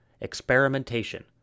Experimentation